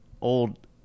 old